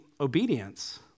obedience